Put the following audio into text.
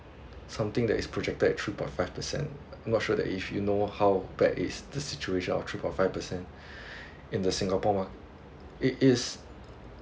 something that is projected at three point five percent not sure that if you know how bad is the situation of three point five percent in the singapore mar~ it is